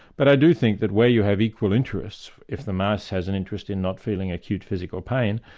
but i do think that where you have equal interests, if the mouse has an interest in not feeling acute physical pain,